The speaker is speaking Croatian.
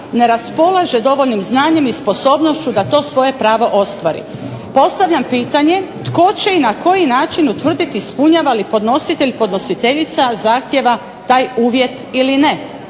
ne raspolaže dovoljnim znanjem i sposobnošću da to svoje pravo ostvari. Postavljam pitanje tko će i na koji način utvrditi ispunjava li podnositelj, podnositeljica zahtjeva taj uvjet ili ne